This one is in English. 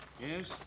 Yes